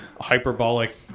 Hyperbolic